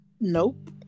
nope